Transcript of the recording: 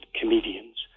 comedians